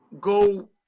go